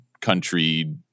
country